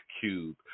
Cube